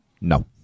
No